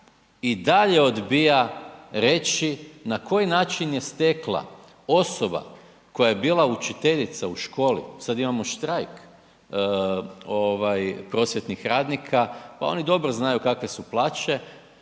i dalje odbija reći na koji način je stekla, osoba koja je bila učiteljica u školi, sad imamo štrajk, ovaj prosvjetnih radnika, pa ono dobro znaju kakve su plaće,